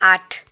आठ